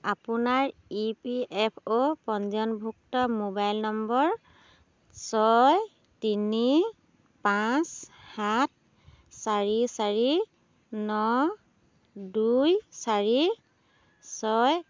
আপোনাৰ E P F অ' পঞ্জীয়নভুক্ত মোবাইল নম্বৰ ছয় তিনি পাঁচ সাত চাৰি চাৰি ন দুই চাৰি ছয়